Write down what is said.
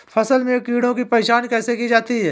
फसल में कीड़ों की पहचान कैसे की जाती है?